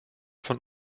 von